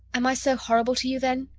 am i so horrible to you then?